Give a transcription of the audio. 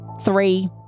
Three